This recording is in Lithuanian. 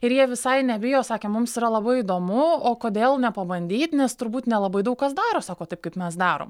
ir jie visai nebijo sakė mums yra labai įdomu o kodėl nepabandyt nes turbūt nelabai daug kas daro sako taip kaip mes darom